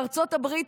בארצות הברית,